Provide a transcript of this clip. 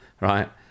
Right